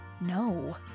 No